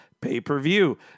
pay-per-view